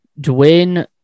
Dwayne